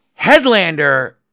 Headlander